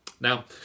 Now